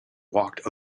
walked